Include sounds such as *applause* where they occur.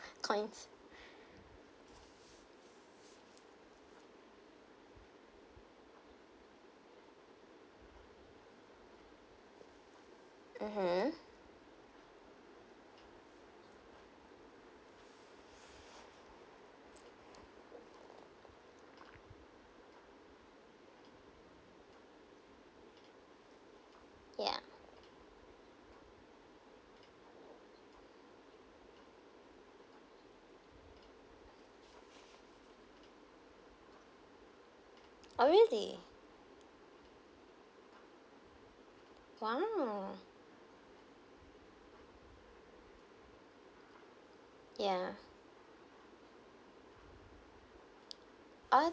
coins *breath* mmhmm ya oh really !wow! ya ah